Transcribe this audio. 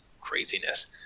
craziness